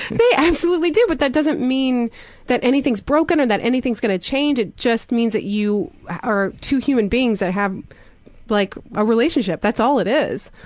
they absolutely do, but that doesn't mean that anything's broken, or that anything's gonna change, it just means that you are two human beings that have like a relationship, that's all it is.